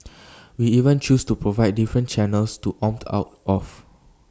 we even choose to provide different channels to opt out of